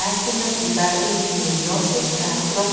esame įvertinti naujosios teatro